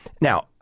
Now